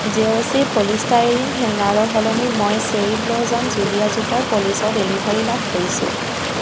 জেয়চী polystyrene হেঙাৰৰ সলনি মই চেৰী ব্ল'জম জুলীয়া জোতাৰ পলিচৰ ডেলিভাৰী লাভ কৰিছোঁ